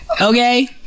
Okay